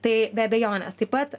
tai be abejonės taip pat